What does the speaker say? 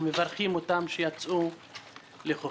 ומברכים אותם שיצאו לחופשי.